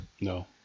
No